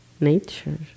nature